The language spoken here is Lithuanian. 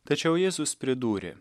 tačiau jėzus pridūrė